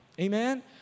Amen